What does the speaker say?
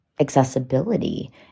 accessibility